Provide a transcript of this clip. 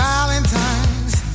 Valentine's